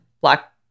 Black